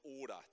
order